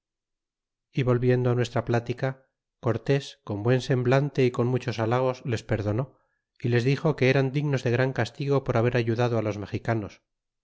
y volviendo nuestra plática cortés con buen semblante y con muchos halagos les perdonó y les dixo que eran dignos de gran castigo por haber ayudado los mexicanos